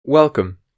Welcome